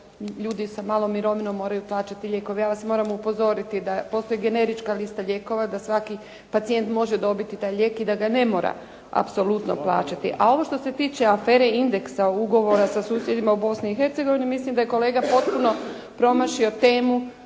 ljudi sa malom mirovinom moraju plaćati lijekove. Ja vas moram upozoriti da postoji generička lista lijekova, da svaki pacijent može dobiti taj lijek i da ga ne mora apsolutno plaćati. A ovo što se tiče afere “Indeks“, ugovora sa susjedima u Bosni i Hercegovini mislim da je kolega potpuno promašio temu